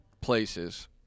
places